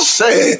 say